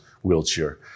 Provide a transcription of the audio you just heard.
wheelchair